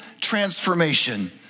transformation